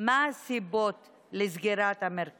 הרי רק